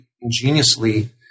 ingeniously